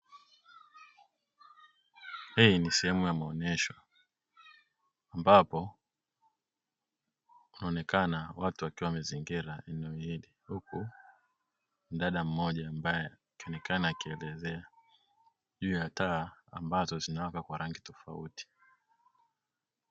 Hii ni sehemu ya maonyesho ambapo kuna onekana watu wakiwa wamezingira eneo hili, huku mdada mmoja akionekana kuelezea juu ya taa zinzowaka kwa rangi tofauti.